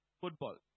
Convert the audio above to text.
football